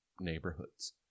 neighborhoods